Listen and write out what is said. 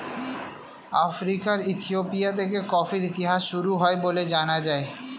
আফ্রিকার ইথিওপিয়া থেকে কফির ইতিহাস শুরু হয় বলে জানা যায়